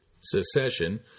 Secession